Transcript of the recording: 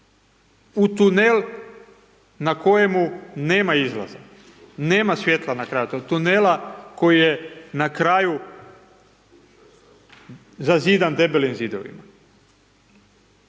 U tunel na kojemu nema izlaza, nema svjetla na kraju tunela, tunela koji je na kraju zazidan debelim zidovima.